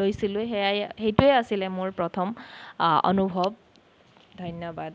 লৈছিলোঁ সেয়াই সেইটোৱেই আছিলে মোৰ প্ৰথম অনুভৱ ধন্যবাদ